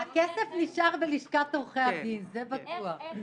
הכסף נשאר בלשכת עורכי הדין, זה בטוח.